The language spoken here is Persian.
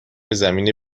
زمین